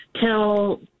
till